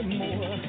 more